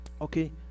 Okay